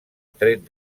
tret